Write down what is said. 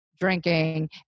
Drinking